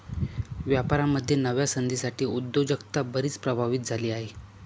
व्यापारामध्ये नव्या संधींसाठी उद्योजकता बरीच प्रभावित झाली आहे